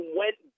went